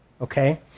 Okay